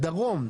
הדרום,